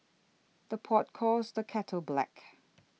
the pot calls the kettle black